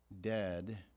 Dead